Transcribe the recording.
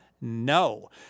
No